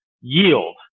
yield